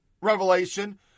revelation